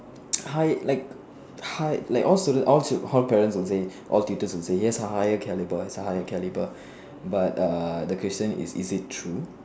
high like high like all studen~ all chil~ all parents would say all tutors would say yes ah higher caliber it's a higher caliber but the question is is it true